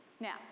Now